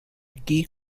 key